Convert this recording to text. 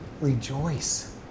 rejoice